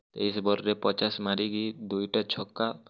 ତେଇଶି ବଲ୍ରେ ପଚାଶ୍ ମାରିକି ଦୁଇ'ଟା ଛକା